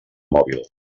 mòbil